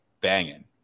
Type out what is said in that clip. banging